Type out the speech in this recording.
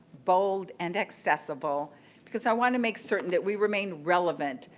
bold and accessible because i want to make certain that we remain relevant,